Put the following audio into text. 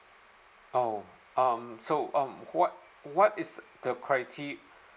oh um so um what what is the criteria